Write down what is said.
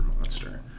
monster